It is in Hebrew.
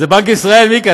זה בנק ישראל, מיקי.